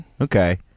Okay